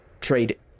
trade